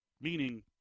Meaning